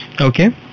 Okay